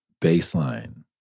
baseline